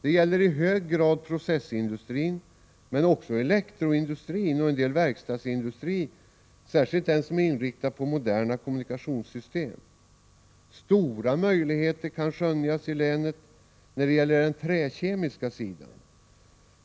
Det gäller i hög grad processindustrin men också elektroindustrin och en del av verkstadsindustrin, särskilt den som är inriktad på moderna kommunikationssystem. Stora möjligheter kan vidare skönjas i länet på det träkemiska området.